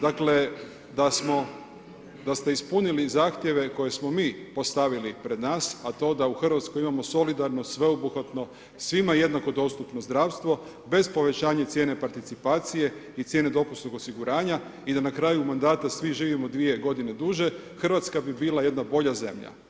Dakle, da ste ispunili zahtjeve koje smo mi postavili pred nas a to da u Hrvatskoj imamo solidarno sveobuhvatno svima jednako dostupno zdravstvo, bez povećanje cijene participacije i cijene dopunskog osiguranja i da na kraju mandata svi živimo 2 g. duže, Hrvatska bi bila jedna bolja zemlja.